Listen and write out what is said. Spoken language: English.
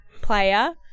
player